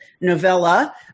novella